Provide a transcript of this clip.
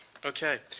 okay,